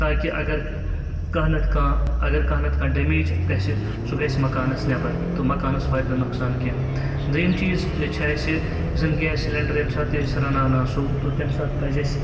تاکہِ اگر کانٛہہ نَتہٕ کانٛہہ اگر کانٛہہ نَتہٕ کانٛہہ ڈیمیج گژھِ سُہ گژھِ مکانَس نٮ۪بَر تہٕ مَکانَس واتہِ نہٕ نۄقصان کینٛہہ دٔیِم چیٖز چھِ اَسہِ یُس زَن گیس سِلیٚنڈَر ییٚمہِ ساتہٕ أسۍ رَنان آسو تہٕ تمہِ ساتہٕ پَزِ اَسہِ